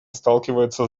сталкивается